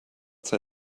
sei